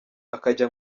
akajya